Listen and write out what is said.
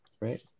right